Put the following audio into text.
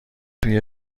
توی